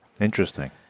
Interesting